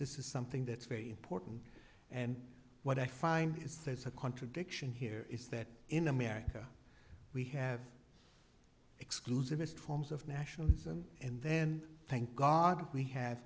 this is something that's very important and what i find is there's a contradiction here is that in america we have exclusivist forms of nationalism and then thank god we have